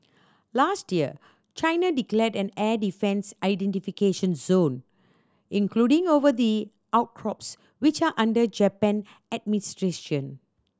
last year China declared an air defence identification zone including over the outcrops which are under Japan administration